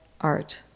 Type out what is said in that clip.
art